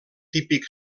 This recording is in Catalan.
típic